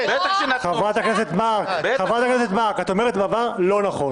חברת הכנסת מארק, את אומרת דבר לא נכון.